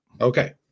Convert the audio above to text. Okay